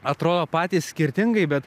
atrodo patys skirtingai bet